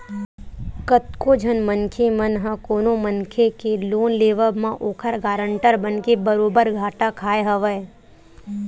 कतको झन मनखे मन ह कोनो मनखे के लोन लेवब म ओखर गारंटर बनके बरोबर घाटा खाय हवय